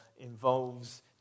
involves